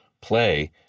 play